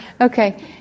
Okay